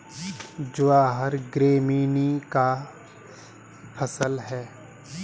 ज्वार ग्रैमीनी का फसल है